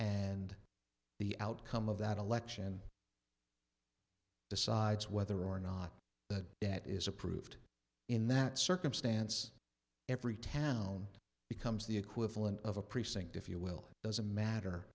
and the outcome of that election decides whether or not that debt is approved in that circumstance every town becomes the equivalent of a precinct if you will doesn't matter